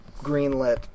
greenlit